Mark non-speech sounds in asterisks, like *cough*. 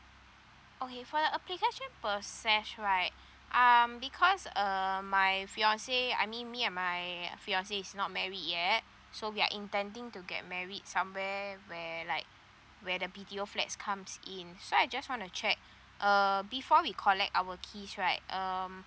okay for the application process right *breath* um because uh my fiancé I mean me and my fiancé is not married yet so we are intending to get married somewhere where like where the B_T_O flats comes in so I just want to check *breath* uh before we collect our keys right um